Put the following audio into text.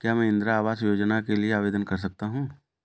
क्या मैं इंदिरा आवास योजना के लिए आवेदन कर सकता हूँ?